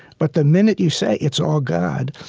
but the minute you say it's all god,